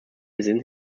within